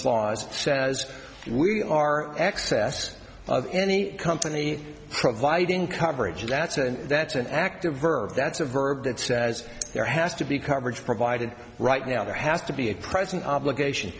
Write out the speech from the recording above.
clause says we are excess of any company providing coverage that's an that's an active verb that's a verb that says there has to be coverage provided right now there has to be a present obligation